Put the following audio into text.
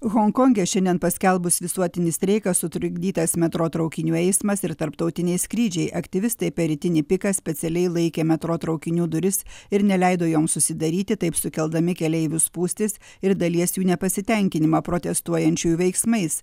honkonge šiandien paskelbus visuotinį streiką sutrikdytas metro traukinių eismas ir tarptautiniai skrydžiai aktyvistai per rytinį piką specialiai laikė metro traukinių duris ir neleido joms užsidaryti taip sukeldami keleivių spūstis ir dalies jų nepasitenkinimą protestuojančiųjų veiksmais